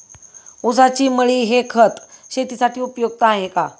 ऊसाची मळी हे खत शेतीसाठी उपयुक्त आहे का?